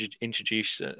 introduce